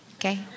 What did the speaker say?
okay